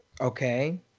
Okay